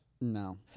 No